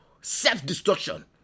self-destruction